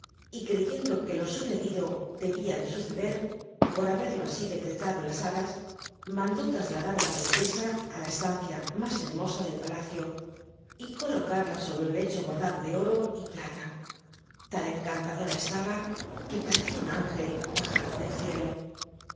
y crcyeudo r uc lo sucedido había de suceder por haberlo así decretado las hadas mandó trasladar ú la princc a á la estancia mú hermosa tlcl palacio y colocal'la sobre un lecho bordado de oro y plata tan encantadora c laba que parecía un ángel ajado clcl cielo